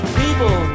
people